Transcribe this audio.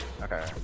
Okay